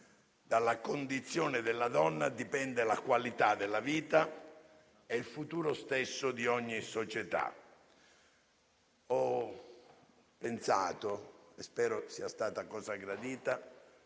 dalla condizione della donna dipendono la qualità della vita e il futuro stesso di ogni società. Ho pensato - e spero sia stata cosa gradita